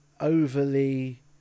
overly